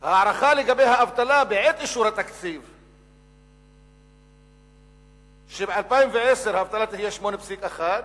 ההערכה לגבי האבטלה בעת אישור התקציב היתה שב-2010 האבטלה תהיה 8.1%,